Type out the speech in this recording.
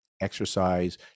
exercise